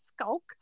skulk